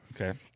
Okay